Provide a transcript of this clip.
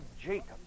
Jacob